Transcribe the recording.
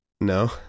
No